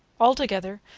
altogether,